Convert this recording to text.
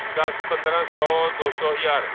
ਦਸ ਪੰਦਰਾਂ ਸੌ ਦੋ ਸੌ ਹਜ਼ਾਰ